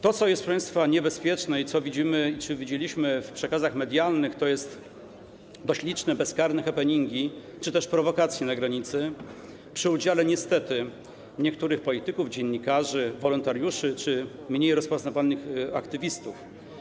To, co jest, proszę państwa, niebezpieczne, co widzimy czy widzieliśmy w przekazach medialnych, to dość liczne bezkarne happeningi czy też prowokacje na granicy przy udziale niestety niektórych polityków, dziennikarzy, wolontariuszy czy mniej rozpoznawanych aktywistów.